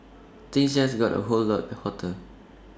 things just got A whole lot hotter